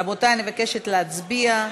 רבותי, אני מבקשת להצביע.